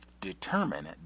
determine